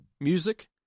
music